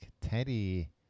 Teddy